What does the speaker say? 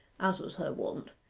as was her wont.